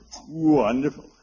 Wonderful